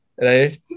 right